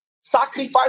sacrifice